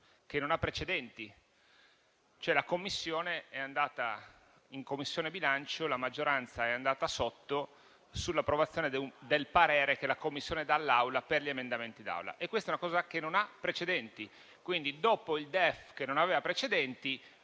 che non ha precedenti. Mi riferisco al fatto che in Commissione bilancio la maggioranza è andata sotto sull'approvazione del parere che la Commissione dà all'Assemblea sugli emendamenti. Questa è una cosa che non ha precedenti: quindi, dopo il DEF che non aveva precedenti,